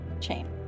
Chain